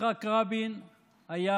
יצחק רבין היה